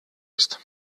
ist